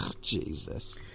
Jesus